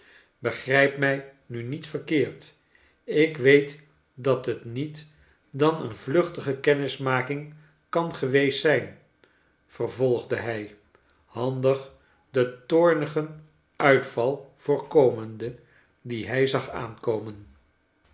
begrijp mij nu niet verkeerd ik weet dat het niet dan een vluchtige kennismaking kan geweest zijn vervolgde hij handig den toornigen uitval voorkomende dien hij zag aankleine